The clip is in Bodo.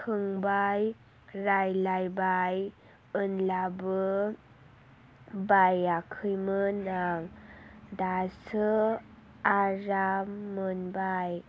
सोंबाय रायलायबाय होनब्लाबो बायाखैमोन आं दासो आराम मोनबाय